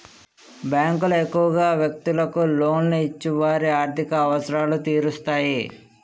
బ్యాంకులు ఎక్కువగా వ్యక్తులకు లోన్లు ఇచ్చి వారి ఆర్థిక అవసరాలు తీరుస్తాయి